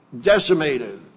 Decimated